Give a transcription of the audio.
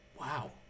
Wow